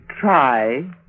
try